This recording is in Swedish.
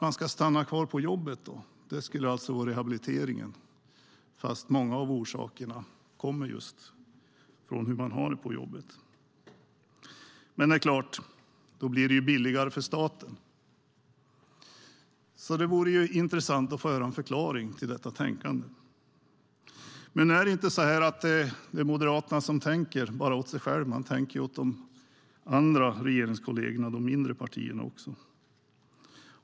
Att stanna kvar på jobbet ska vara rehabiliteringen, fast många av orsakerna kommer just från hur man har det på jobbet. Då blir det billigare för staten. Det vore intressant att få höra en förklaring till dessa tankar. Men Moderaterna tänker inte för egen del utan man tänker också för de andra regeringskollegerna, de mindre partierna.